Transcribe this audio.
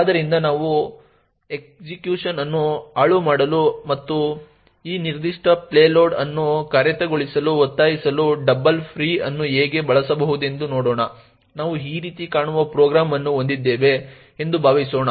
ಆದ್ದರಿಂದ ನಾವು ಎಕ್ಸಿಕ್ಯೂಶನ್ ಅನ್ನು ಹಾಳುಮಾಡಲು ಮತ್ತು ಈ ನಿರ್ದಿಷ್ಟ ಪೇಲೋಡ್ ಅನ್ನು ಕಾರ್ಯಗತಗೊಳಿಸಲು ಒತ್ತಾಯಿಸಲು ಡಬಲ್ ಫ್ರೀ ಅನ್ನು ಹೇಗೆ ಬಳಸಬಹುದೆಂದು ನೋಡೋಣ ನಾವು ಈ ರೀತಿ ಕಾಣುವ ಪ್ರೋಗ್ರಾಂ ಅನ್ನು ಹೊಂದಿದ್ದೇವೆ ಎಂದು ಭಾವಿಸೋಣ